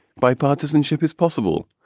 bipartisanship is possible.